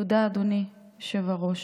תודה, אדוני, היושב-ראש.